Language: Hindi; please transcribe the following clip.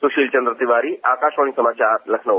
सुशील चंद्र तिवारी आकाशवाणी समाचार लखनऊ